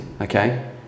okay